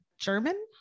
German